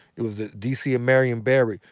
it was the d. c. of marion barry,